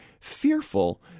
fearful